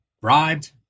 Bribed